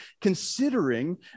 considering